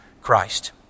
Christ